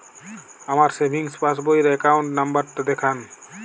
আমার savings passbook র account number টা দেখান?